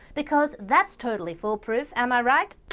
because that's totally foolproof, amirite?